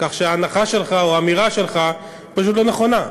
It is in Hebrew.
כך שההנחה שלך או האמירה שלך פשוט לא נכונה.